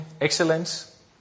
excellence